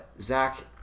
Zach